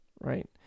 right